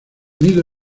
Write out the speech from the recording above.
nido